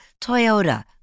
Toyota